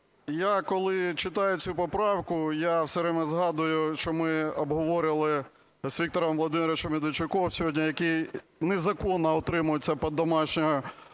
Я коли читаю цю поправку, я все время згадую, що ми обговорювали з Віктором Володимировичем Медведчуком сьогодні, який незаконно утримується під домашньою